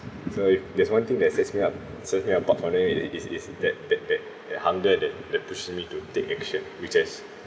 so if there's one thing that sets me up certainly apart from that it's it's that that that hunger that that pushes me to take action which has